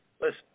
Listen